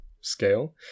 scale